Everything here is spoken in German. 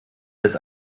des